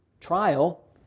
trial